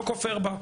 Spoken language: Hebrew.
לא כופר בה.